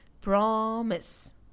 Promise